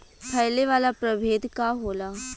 फैले वाला प्रभेद का होला?